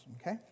Okay